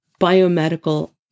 Biomedical